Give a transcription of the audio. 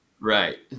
Right